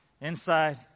inside